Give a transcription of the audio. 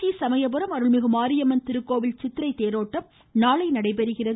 கோவில் திருச்சி சமயபுரம் அருள்மிகு மாரியம்மன் திருக்கோவில் சித்திரை தேரோட்டம் நாளைகாலை நடைபெறுகிறது